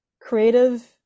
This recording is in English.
creative